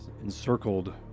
encircled